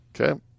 Okay